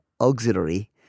auxiliary